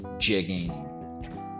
Jigging